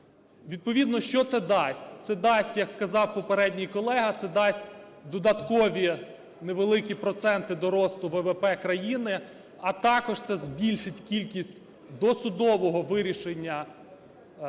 Відповідно що це дасть? Це дасть, як сказав попередній колега, це дасть додаткові невеликі проценти до росту ВВП країни, а також це збільшить кількість досудового вирішення проблем